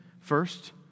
first